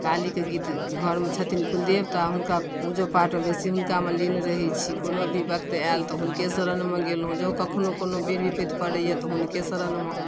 कालीके गीत घरमे छथिन कुलदेवता हुनका पूजो पाठो बेसी हुनकामे लीन रहै छी कोनो भी वक्त आयल तऽ हुनके शरणमे गेलहुँ जँ कखनो कोनो बेर विपत्ति पड़ैय तऽ हुनके शरणमे